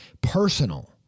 personal